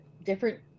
different